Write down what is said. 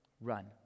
run